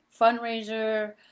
fundraiser